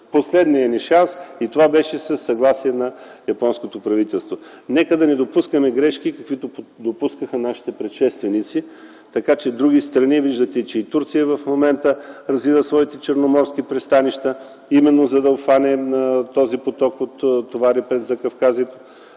Последният ни шанс и това беше със съгласие на японското правителство. Нека да не допускаме грешки каквито допускаха нашите предшественици. Виждате, че в момента и Турция развива своите черноморски пристанища, именно за да обхване този поток от товари през Закавказието.